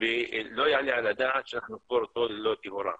לא יעלה על הדעת שנקבור אותו ללא טהרה.